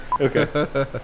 okay